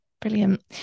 brilliant